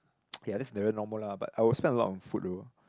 yea that is very normal lah but I will spend a lot on food though